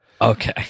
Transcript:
Okay